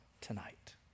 tonight